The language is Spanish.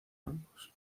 campos